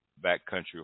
Backcountry